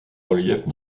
relief